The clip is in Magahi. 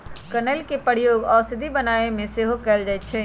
कनइल के प्रयोग औषधि बनाबे में सेहो कएल जाइ छइ